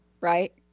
right